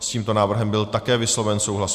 S tímto návrhem byl také vysloven souhlas.